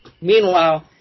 Meanwhile